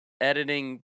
editing